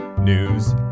News